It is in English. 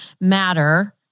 matter